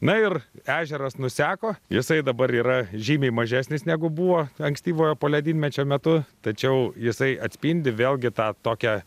na ir ežeras nuseko jisai dabar yra žymiai mažesnis negu buvo ankstyvojo poledynmečio metu tačiau jisai atspindi vėlgi tą tokią